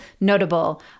notable